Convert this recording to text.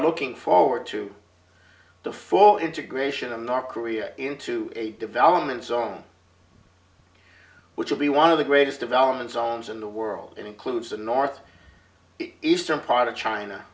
looking forward to the full integration of north korea into a development zone which will be one of the greatest developments omes in the world includes the north eastern part of china